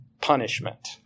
punishment